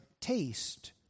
taste